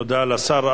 תודה לשר.